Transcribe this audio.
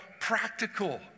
practical